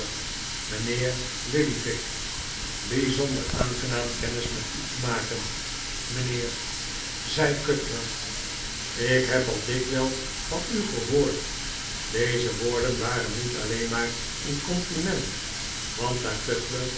mijnheer lillyvick bijzonder aangenaam kennis met u te rnaken mijnheer zei cutler ik heb al dikwijls van u gehoord deze woorden waren niet alleen maar een compliment want